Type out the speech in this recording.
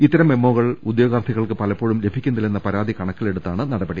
ഇത്തരം മെമോകൾ ഉദ്യോഗാർത്ഥികൾക്ക് പലപ്പോഴും ലഭിക്കുന്നില്ലെന്ന പരാതി കണക്കിലെടുത്താണ് നടപടി